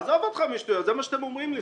עזוב אותך משטויות, זה מה שאתם אומרים לי.